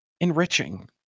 enriching